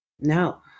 No